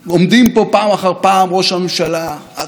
ופעם אחר פעם אומרים שזו מדינה נהדרת.